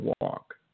walk